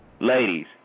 ladies